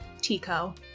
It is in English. Tico